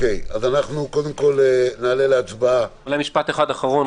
אז קודם כול נעלה להצבעה --- משפט אחרון.